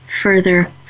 further